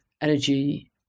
energy